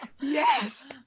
Yes